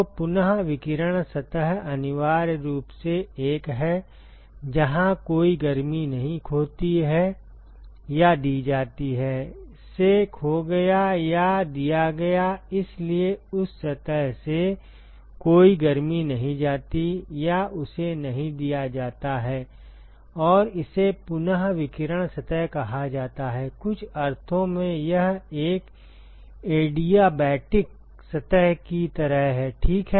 तो पुन विकिरण सतह अनिवार्य रूप से एक है जहां कोई गर्मी नहीं खोती है या दी जाती हैसे खो गया या दिया गयाइसलिए उस सतह से कोई गर्मी नहीं जाती है या उसे नहीं दिया जाता है और इसे पुन विकिरण सतह कहा जाता है कुछ अर्थों में यह एक ऐडियाबैटिक सतह की तरह है ठीक है